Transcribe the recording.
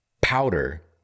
powder